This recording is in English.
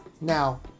Now